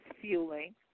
fueling